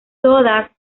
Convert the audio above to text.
todas